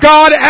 God